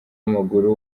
w’amaguru